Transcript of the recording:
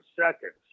seconds